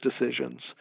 decisions